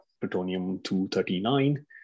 plutonium-239